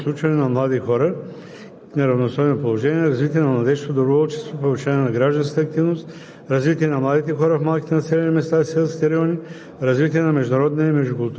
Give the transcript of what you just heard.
насърчаване на икономическата активност и кариерното развитие на младите хора, подобряване на достъпа до информация и качествени услуги, насърчаване на здравословния начин на живот, превенция на социалното изключване на млади хора